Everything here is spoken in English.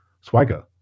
swagger